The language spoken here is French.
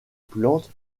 plantes